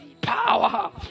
power